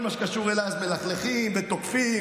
כל מה שקשור אליי, מלכלכים ותוקפים.